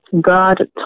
God